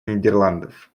нидерландов